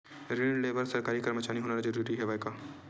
ऋण ले बर सरकारी कर्मचारी होना जरूरी हवय का?